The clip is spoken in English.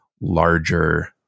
larger